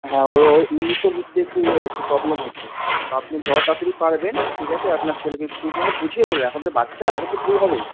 হ্যাঁ ওই ওই ইংলিশও বুঝতে একটু ইয়ে হচ্ছে প্রবলেম হচ্ছে আপনি যত তাড়াতাড়ি পারবেন ঠিক আছে আপনার ছেলেকে একটু মানে বুঝিয়ে বলবেন এখন তো বাচ্চা এখন তো ভুল হবেই